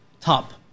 top